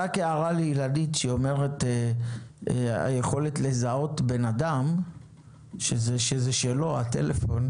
רק הערה לאילנית שאומרת שהיכולת לזהות בן אדם שהטלפון שלו